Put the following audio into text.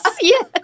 Yes